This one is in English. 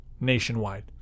nationwide